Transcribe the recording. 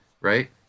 right